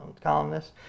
columnist